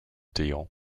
deal